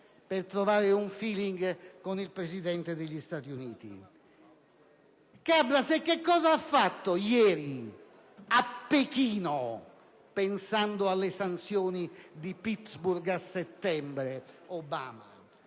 per trovare un *feeling* con il Presidente degli Stati Uniti. Senatore Cabras, che cosa ha fatto ieri Obama a Pechino, pensando alle sanzioni di Pittsburgh a settembre? Ha